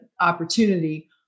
opportunity